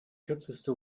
kürzeste